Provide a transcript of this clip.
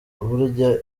burya